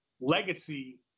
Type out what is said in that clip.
legacy